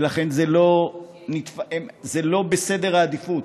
ולכן זה לא בסדר העדיפויות,